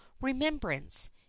remembrance